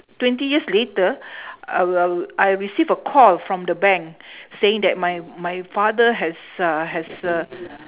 twenty years later uh uh I receive a call from the bank saying that my my father has uh has uh